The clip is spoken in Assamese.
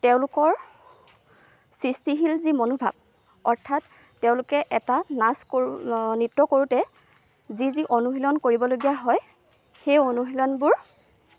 তেওঁলোকৰ সৃষ্টিশীল যি মনোভাৱ অৰ্থাৎ তেওঁলোকে এটা নাচ কৰোঁ নৃত্য কৰোঁতে যি যি অনুশীলন কৰিবলগীয়া হয় সেই অনুশীলনবোৰ